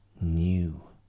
new